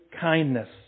kindness